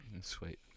Sweet